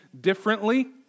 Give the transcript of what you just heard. differently